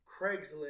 Craigslist